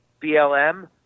BLM